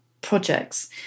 projects